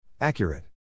Accurate